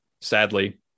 sadly